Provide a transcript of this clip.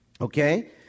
Okay